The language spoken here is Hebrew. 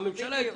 הממשלה.